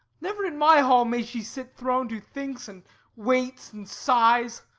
never in my hall may she sit throned who thinks and waits and sighs!